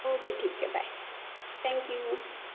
okay ठीक आहे bye thank you